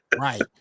Right